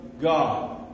God